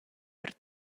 per